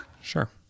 Sure